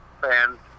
fans